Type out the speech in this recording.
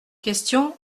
question